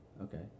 Okay